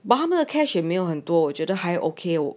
but 他们的 cash 没有很多我觉得还 okay orh